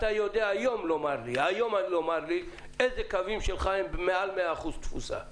היום לומר לי איזה קווים שלך הם עם מעל 100 אחוזים תפוסה.